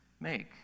make